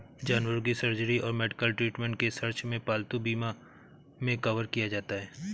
जानवरों की सर्जरी और मेडिकल ट्रीटमेंट के सर्च में पालतू बीमा मे कवर किया जाता है